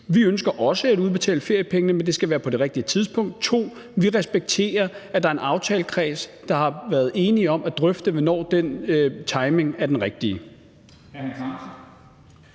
ønsker at udbetale feriepengene, men at det skal være på det rigtige tidspunkt. Og at vi for det andet respekterer, at der er en aftalekreds, der har været enige om at drøfte, hvornår den timing er den rigtige.